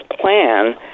plan